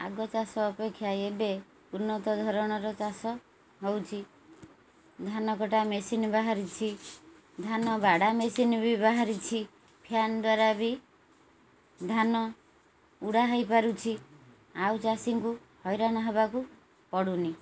ଆଗ ଚାଷ ଅପେକ୍ଷା ଏବେ ଉନ୍ନତ ଧରଣର ଚାଷ ହେଉଛି ଧାନ କଟା ମେସିନ୍ ବାହାରିଛି ଧାନ ବାଡ଼ା ମେସିନ୍ ବି ବାହାରିଛି ଫ୍ୟାନ୍ ଦ୍ୱାରା ବି ଧାନ ଉଡ଼ା ହେଇପାରୁଛି ଆଉ ଚାଷୀଙ୍କୁ ହଇରାଣ ହେବାକୁ ପଡ଼ୁନି